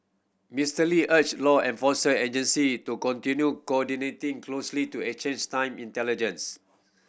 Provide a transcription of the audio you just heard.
Mister Lee urged law enforcement agency to continue coordinating closely to exchange time intelligence